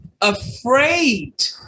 afraid